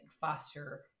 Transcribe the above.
foster